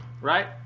right